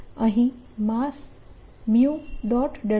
અહીં માસ μ